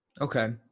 Okay